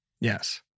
Yes